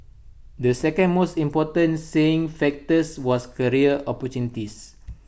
the second most important saying factors was career opportunities